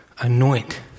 anoint